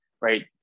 right